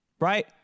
right